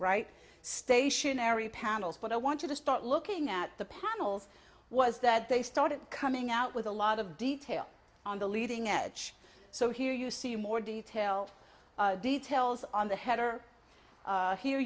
right stationary panels but i want you to start looking at the panels was that they started coming out with a lot of detail on the leading edge so here you see more detail details on the header here